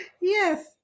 Yes